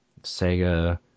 Sega